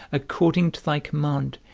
according to thy command,